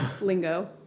Lingo